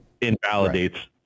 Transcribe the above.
invalidates